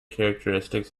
characteristics